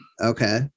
Okay